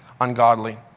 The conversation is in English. ungodly